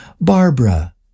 Barbara